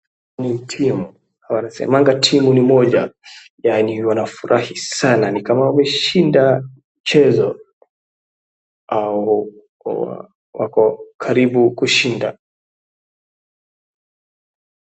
Hii ni timu. Wanasemaga timu ni moja yaani wanafurahi sana ni kama wameshinda mchezo au wako karibu kushinda.